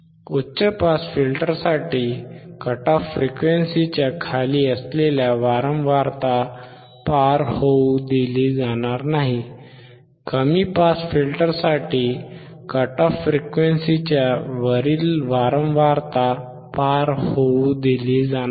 उच्च पास फिल्टरसाठी cut off फ्रिक्वेन्सीच्या खाली असलेली वारंवारता पार होऊ दिली जाणार नाही कमी पास फिल्टरसाठी कट ऑफ फ्रिक्वेन्सीच्या वरील वारंवारता पार होऊ दिली जाणार नाही